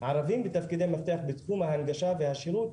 ערבים בתפקידי מפתח בתחום ההנגשה והשילוט,